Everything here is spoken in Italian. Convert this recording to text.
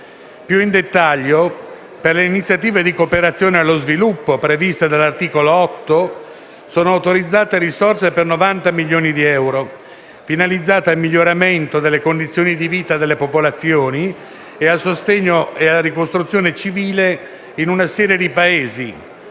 Nel dettaglio, per iniziative di cooperazione allo sviluppo, previste dall'articolo 8, sono autorizzate risorse per 90 milioni di euro, finalizzate al miglioramento delle condizioni di vita della popolazione e al sostegno alla ricostruzione civile in una serie di Paesi: